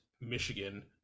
michigan